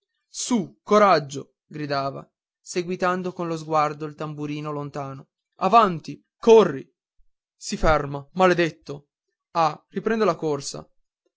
su coraggio gridava seguitando con lo sguardo il tamburino lontano avanti corri si ferma maledetto ah riprende la corsa